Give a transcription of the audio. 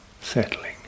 settling